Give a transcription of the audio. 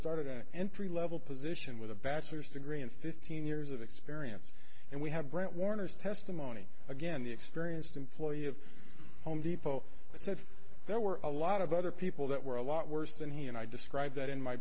started an entry level position with a bachelor's degree and fifteen years of experience and we have grant warner's testimony again the experienced employee of home depot said there were a lot of other people that were a lot worse than he and i described that in my